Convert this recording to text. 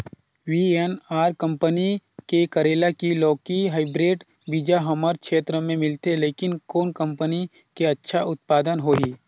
VNR company के करेला की लौकी हाईब्रिड बीजा हमर क्षेत्र मे मिलथे, लेकिन कौन कंपनी के अच्छा उत्पादन होही?